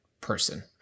person